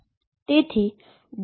તેથી O0 થશે